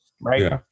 right